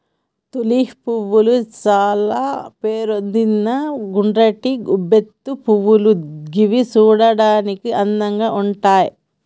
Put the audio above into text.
tulip పువ్వులు చాల పేరొందిన గుండ్రటి ఉబ్బెత్తు పువ్వులు గివి చూడడానికి అందంగా ఉంటయ్